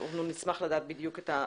אנחנו נשמח לדעת את הסכום.